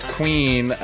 queen